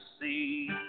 see